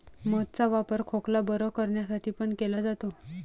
मध चा वापर खोकला बरं करण्यासाठी पण केला जातो